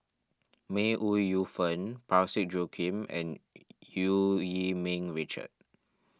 May Ooi Yu Fen Parsick Joaquim and Eu Yee Ming Richard